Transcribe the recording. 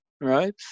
right